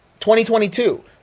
2022